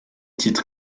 titres